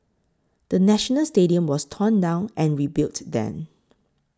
the National Stadium was torn down and rebuilt then